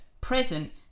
present